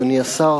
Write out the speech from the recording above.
אדוני השר,